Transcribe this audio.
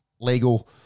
legal